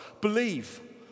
Believe